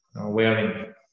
wearing